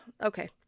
okay